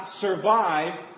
survive